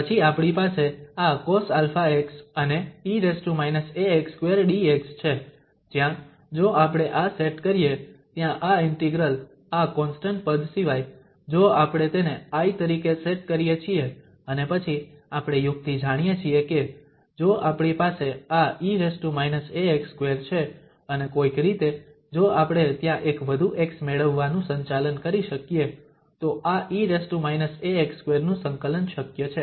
તેથી પછી આપણી પાસે આ cosαx અને e−ax2dx છે જ્યાં જો આપણે આ સેટ કરીએ ત્યાં આ ઇન્ટિગ્રલ આ કોન્સ્ટંટ પદ સિવાય જો આપણે તેને I તરીકે સેટ કરીએ છીએ અને પછી આપણે યુક્તિ જાણીએ છીએ કે જો આપણી પાસે આ e−ax2 છે અને કોઈક રીતે જો આપણે ત્યાં એક વધુ x મેળવવાનું સંચાલન કરી શકીએ તો આ e−ax2 નું સંકલન શક્ય છે